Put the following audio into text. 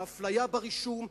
האפליה ברישום,